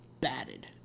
batted